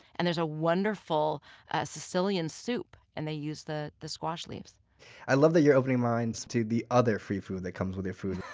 and there's a wonderful sicilian soup, and they use the the squash leaves i love that you're opening our minds to the other free food that comes with your food